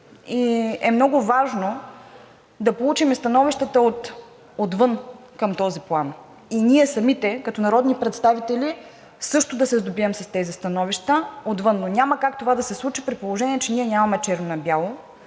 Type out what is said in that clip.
и е много важно да получим становищата отвън към този план. Ние самите като народни представители също да се сдобием от тези становища отвън, но няма как това да се случи, при положение че ние нямаме черно на бяло